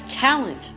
talent